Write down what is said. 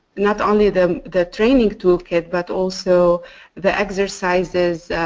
not only the the training tool kit but also the exercises